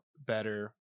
better